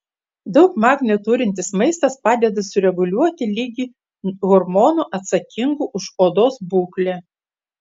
daug magnio turintis maistas padeda sureguliuoti lygį hormonų atsakingų už odos būklę